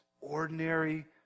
ordinary